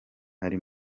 ari